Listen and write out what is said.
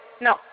No